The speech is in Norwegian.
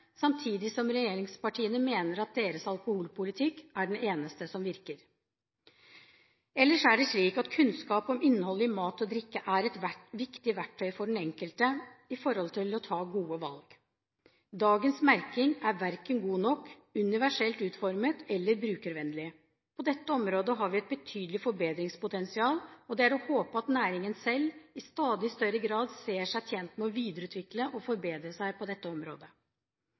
Samtidig mener regjeringspartiene at deres alkoholpolitikk er den eneste som virker. Kunnskap om innholdet i mat og drikke er et viktig verktøy for den enkelte med hensyn til å ta gode valg. Dagens merking er verken god nok, universelt utformet eller brukervennlig. På dette området har vi et betydelig forbedringspotensial, og det er å håpe at næringen selv i stadig større grad ser seg tjent med å videreutvikle og forbedre seg på dette området.